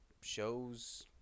Shows